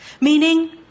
Meaning